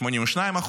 82%,